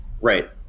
Right